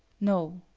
no.